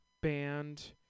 band